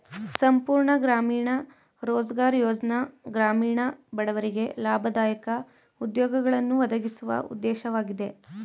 ಸಂಪೂರ್ಣ ಗ್ರಾಮೀಣ ರೋಜ್ಗಾರ್ ಯೋಜ್ನ ಗ್ರಾಮೀಣ ಬಡವರಿಗೆ ಲಾಭದಾಯಕ ಉದ್ಯೋಗಗಳನ್ನು ಒದಗಿಸುವ ಉದ್ದೇಶವಾಗಿದೆ